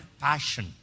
passion